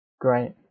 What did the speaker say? Great